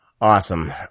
awesome